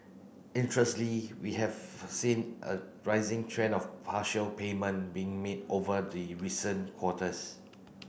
we have seen a rising trend of partial payment being made over the recent quarters